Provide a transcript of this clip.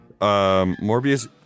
Morbius